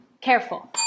careful